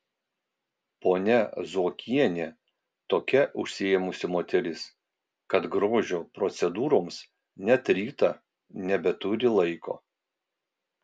ponia zuokienė tokia užsiėmusi moteris kad grožio procedūroms net rytą nebeturi laiko